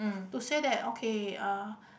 to say that okay uh